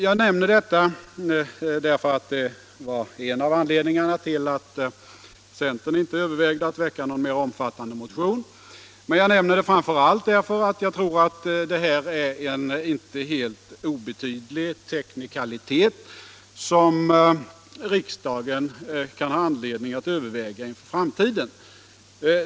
Jag nämner detta därför att det var en av anledningarna till att centern inte övervägde att väcka någon mera omfattande motion. Men jag nämner det framför allt därför att jag tror att det är en inte helt obetydlig teknikalitet som riksdagen har anledning att överväga inför framtiden.